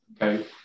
okay